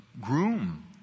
groom